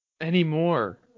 Anymore